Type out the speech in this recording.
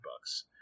bucks